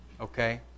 okay